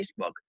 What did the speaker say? Facebook